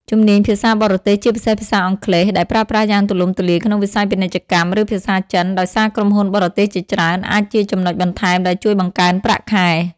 ជំនាញភាសាបរទេស ជាពិសេសភាសាអង់គ្លេស ដែលប្រើប្រាស់យ៉ាងទូលំទូលាយក្នុងវិស័យពាណិជ្ជកម្ម ឬភាសាចិន ដោយសារក្រុមហ៊ុនបរទេសជាច្រើន អាចជាចំណុចបន្ថែមដែលជួយបង្កើនប្រាក់ខែ។